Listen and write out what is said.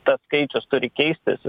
tas skaičius turi keistis